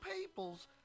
peoples